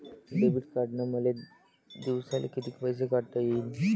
Debit कार्डनं मले दिवसाले कितीक पैसे काढता येईन?